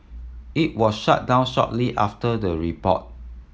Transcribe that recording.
it was shut down shortly after the report